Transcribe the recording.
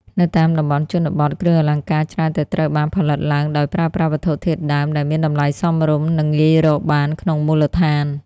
នៅតាមតំបន់ជនបទ គ្រឿងអលង្ការច្រើនតែត្រូវបានផលិតឡើងដោយប្រើប្រាស់វត្ថុធាតុដើមដែលមានតម្លៃសមរម្យ និងងាយរកបានក្នុងមូលដ្ឋាន។